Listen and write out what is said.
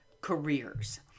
careers